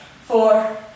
four